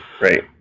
Right